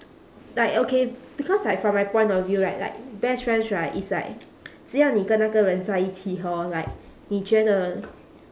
like okay because like from my point of view right like best friends right is like 只要你跟那个人在一起 hor like 你觉得